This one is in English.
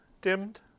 dimmed